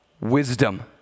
wisdom